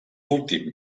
últim